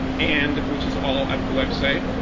and which is all at the website.